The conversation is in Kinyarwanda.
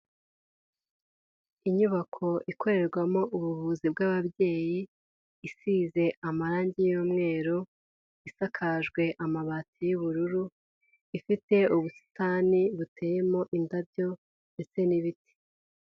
Inyubako ikorerwamo ubuvuzi bw'ababyeyi isize amarangi y'umweru isakajwe amabati y'ubururu ifite ubusitani buteyemo indabyo ndetse n'ibiti.